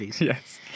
Yes